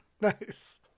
Nice